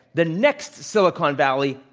the next silicon valley,